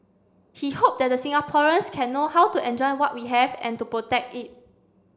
he hoped that the Singaporeans can know how to enjoy what we have and to protect it